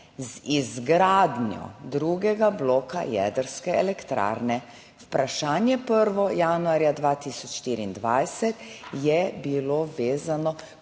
z izgradnjo drugega bloka jedrske elektrarne. Vprašanje 1. januarja 2024 je bilo vezano